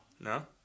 No